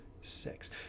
six